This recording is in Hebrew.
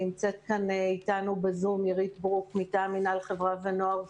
נמצאת כאן איתנו בזום אירית ברוק מטעם חברה מינהל ונוער.